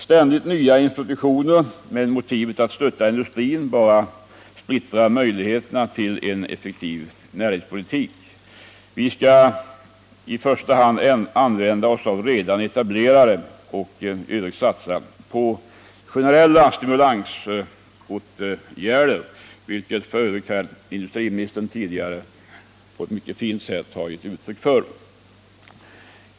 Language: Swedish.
Ständigt nya institutioner med motivet att stötta industrin bara splittrar möjligheterna till en effektiv näringspolitik. Vi skall i första hand använda oss av de redan etablerade och i övrigt satsa på generella stimulansåtgärder, vilket industriministern tidigare på ett mycket fint sätt givit uttryck för.